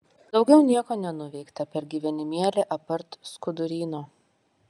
daugiau nieko nenuveikta per gyvenimėlį apart skuduryno